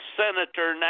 senator